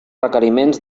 requeriments